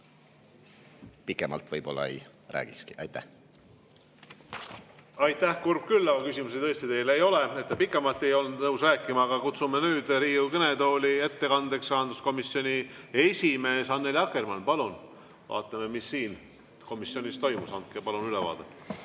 Pikemalt võib-olla ei räägikski. Aitäh! Aitäh! Kurb küll, aga küsimusi tõesti teile ei ole. Pikemalt te ei olnud nõus rääkima, aga kutsume nüüd Riigikogu kõnetooli ettekandeks rahanduskomisjoni esimehe Annely Akkermanni. Palun! Vaatame, mis komisjonis toimus, andke palun ülevaade.